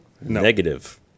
negative